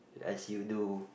as you do